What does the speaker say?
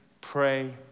pray